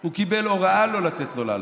הוא קיבל הוראה לא לתת לו לעלות.